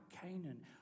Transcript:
Canaan